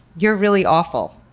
you're really awful.